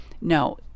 no